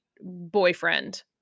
boyfriend